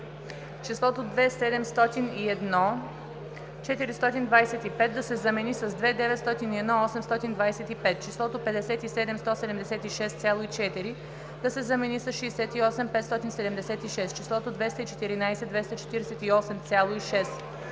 числото „271 425“ да се замени с „291 825“, числото „57 176,4“ да се замени с „68 576“, числото „214 248,6“